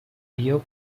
rio